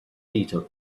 detail